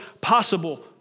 possible